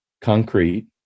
Concrete